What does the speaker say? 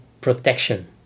protection